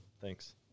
Thanks